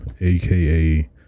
aka